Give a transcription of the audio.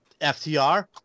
FTR